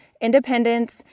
independence